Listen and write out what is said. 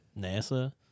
NASA